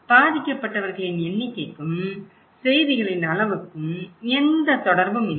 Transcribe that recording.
பாதிக்கப்பட்டவர்களின் எண்ணிக்கைக்கும் செய்திகளின் அளவுக்கும் எந்த தொடர்பும் இல்லை